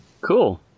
Cool